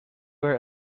where